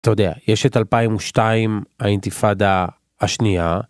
אתה יודע, יש את 2002 - האינתיפאדה השנייה.